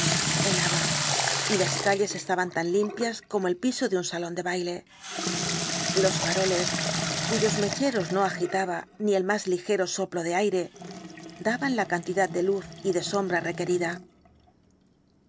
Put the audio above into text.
el dr jekyll ba y las calles estaban tan limpias como el piso de un salón de baile los faroles cuyos mecheros no agitaba ni el más ligero soplo de aire daban la cantidad de luz y de sombra requerida